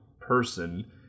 person